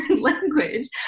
language